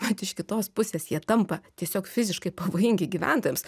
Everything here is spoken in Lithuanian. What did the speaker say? bet iš kitos pusės jie tampa tiesiog fiziškai pavojingi gyventojams